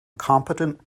competent